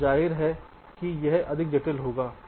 और जाहिर है कि यह अधिक जटिल होगा